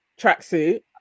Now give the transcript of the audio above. tracksuit